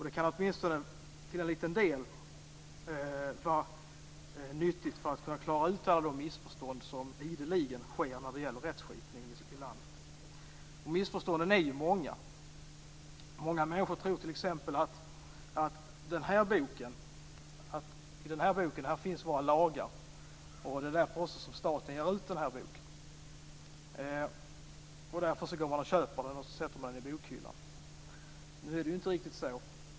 Det kan åtminstone till en liten del vara nyttigt för att klara ut alla de missförstånd som ideligen sker när det gäller rättsskipning i landet. Missförstånden är många. Många människor tror t.ex. att i den lagbok jag nu håller i min hand finns våra lagar, och att det också är därför som staten ger ut den boken. Därför går man och köper den och sätter den i bokhyllan. Nu är det inte riktigt så.